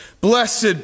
Blessed